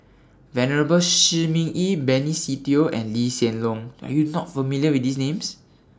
Venerable Shi Ming Yi Benny Se Teo and Lee Hsien Loong Are YOU not familiar with These Names